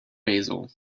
basil